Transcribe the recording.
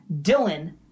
Dylan